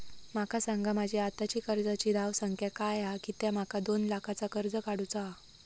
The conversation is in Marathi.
माका सांगा माझी आत्ताची कर्जाची धावसंख्या काय हा कित्या माका दोन लाखाचा कर्ज काढू चा हा?